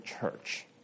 church